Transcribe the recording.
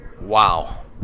wow